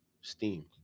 Steam